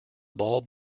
ball